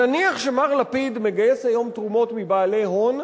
נניח שמר לפיד מגייס היום תרומות מבעלי הון,